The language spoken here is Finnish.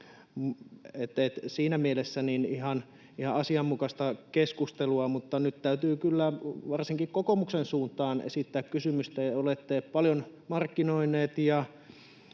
siinä mielessä ihan asianmukaista keskustelua. Mutta nyt täytyy kyllä varsinkin kokoomuksen suuntaan esittää kysymystä. Olette paljon markkinoineet